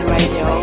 Radio